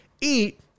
eat